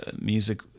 music